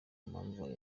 mpamvu